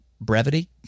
Brevity